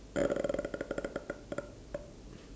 uh